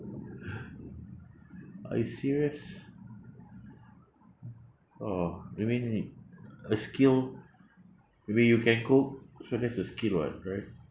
are you serious oh really mean it a skill maybe you can cook so that's a skill [what] right